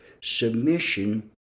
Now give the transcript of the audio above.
submission